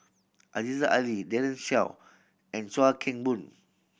Aziza Ali Daren Shiau and Chuan Keng Boon